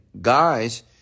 Guys